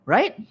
Right